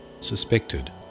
suspected